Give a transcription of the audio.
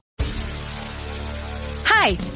Hi